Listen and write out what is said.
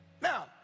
Now